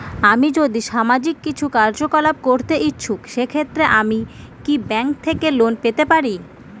আমি যদি সামাজিক কিছু কার্যকলাপ করতে ইচ্ছুক সেক্ষেত্রে আমি কি ব্যাংক থেকে লোন পেতে পারি?